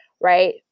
right